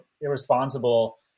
irresponsible